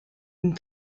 une